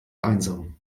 einsam